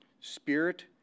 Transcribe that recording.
Spirit